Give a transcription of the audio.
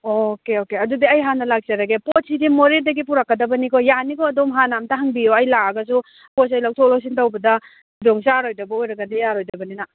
okay okay ꯑꯗꯨꯗꯤ ꯑꯩ ꯍꯥꯟꯅ ꯂꯥꯛꯆꯔꯒꯦ ꯄꯣꯠꯁꯤꯗꯤ ꯃꯣꯔꯦꯗꯒꯤ ꯄꯨꯔꯛꯀꯗꯕꯅꯤꯀꯣ ꯌꯥꯅꯤꯀꯣ ꯑꯗꯨꯝ ꯍꯥꯟꯅ ꯑꯃꯇꯥ ꯍꯪꯕꯤꯌꯣ ꯑꯩ ꯂꯥꯛꯑꯒꯁꯨ ꯄꯣꯠꯁꯦ ꯂꯧꯊꯣꯛ ꯂꯧꯁꯤꯟ ꯇꯧꯕꯗ ꯈꯨꯗꯣꯡ ꯆꯥꯔꯣꯏꯗꯕ ꯑꯣꯏꯔꯒꯗꯤ ꯌꯥꯔꯣꯏꯗꯕꯅꯤꯅ